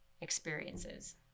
experiences